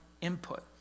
input